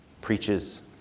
preaches